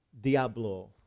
diablo